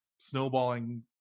snowballing